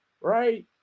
right